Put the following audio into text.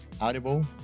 Audible